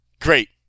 Great